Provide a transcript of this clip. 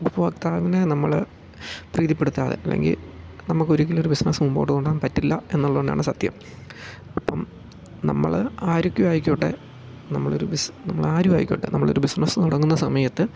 ഉപഭോക്താവിനെ നമ്മൾ പ്രീതിപ്പെടുത്താതെ അല്ലെങ്കിൽ നമുക്ക് ഒരിക്കലും ഒരു ബിസിനസ് മുമ്പോട്ട് കൊണ്ടോവാൻ പറ്റില്ല എന്നൊള്ളോണ്ടാണ് സത്യം അപ്പം നമ്മൾ ആരൊക്കെയോ ആയിക്കോട്ടെ നമ്മൾ ഒരു ബിസ് നമ്മൾ ആരും ആയിക്കോട്ടെ നമ്മൾ ഒരു ബിസിനസ് തുടങ്ങുന്ന സമയത്ത്